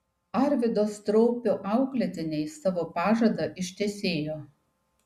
arvydo straupio auklėtiniai savo pažadą ištesėjo